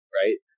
right